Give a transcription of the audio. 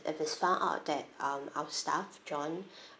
if it's found out that um our staff john